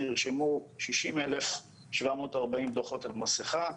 נרשמו 60,740 דוחות על מסכה.